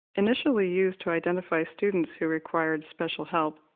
initially used to identify students who required special help,